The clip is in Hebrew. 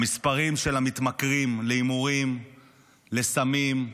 המספרים של המתמכרים להימורים, לסמים,